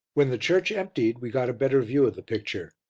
when the church emptied we got a better view of the picture.